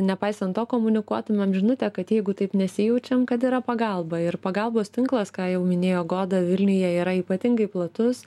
nepaisant to komunikuotumėm žinutę kad jeigu taip nesijaučiam kad yra pagalba ir pagalbos tinklas ką jau minėjo goda vilniuje yra ypatingai platus